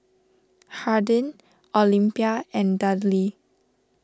Harding Olympia and Dudley